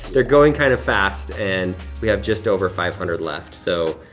they're going kind of fast and we have just over five hundred left. so,